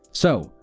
so,